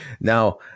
now